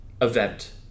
event